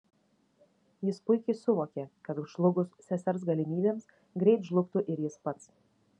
jis puikiai suvokė kad žlugus sesers galimybėms greit žlugtų ir jis pats